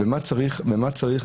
ומה צריך להביא?